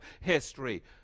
history